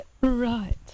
right